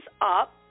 up